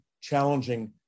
challenging